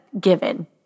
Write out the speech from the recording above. given